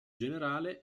generale